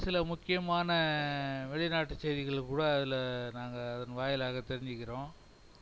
சில முக்கியமான வெளிநாட்டு செய்திகளும் கூட அதில் நாங்கள் அதன் வாயிலாக தெரிஞ்சிக்கிறோம்